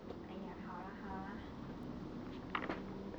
!aiya! 好 lah 好 lah